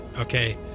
okay